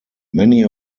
many